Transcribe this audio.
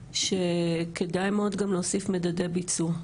כדאי מאד להוסיף גם מדדי ביצוע.